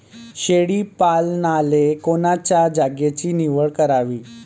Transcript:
शेळी पालनाले कोनच्या जागेची निवड करावी?